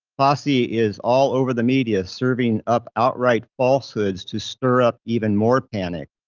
fauci is all over the media serving up outright falsehoods to stir up even more panic.